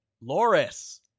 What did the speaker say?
Loris